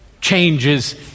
changes